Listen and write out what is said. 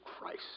Christ